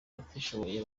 abatishoboye